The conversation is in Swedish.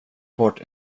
bort